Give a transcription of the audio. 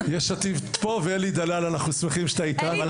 עתיד פה, ואלי דלל, אנחנו שמחים שאתה איתנו.